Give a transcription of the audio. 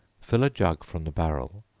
fill a jug from the barrel,